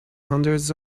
hundreds